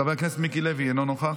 חבר הכנסת דן אילוז, אינו נוכח,